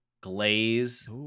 glaze